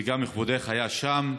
וגם כבודך, היית שם,